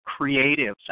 creatives